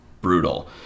brutal